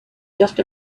just